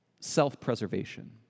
self-preservation